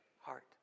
heart